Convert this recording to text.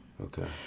Okay